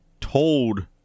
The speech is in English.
told